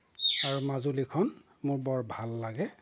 আৰু মাজুলীখন মোৰ বৰ ভাল লাগে